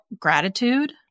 gratitude